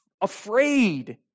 afraid